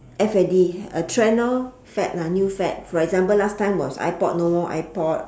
F A D a trend lor fad lah new fad for example last time was ipod no more ipod